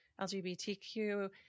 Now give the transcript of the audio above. LGBTQ